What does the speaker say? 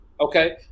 okay